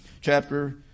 chapter